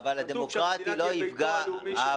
כתוב שהמדינה תהיה ביתו הלאומי של העם היהודי.